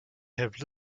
have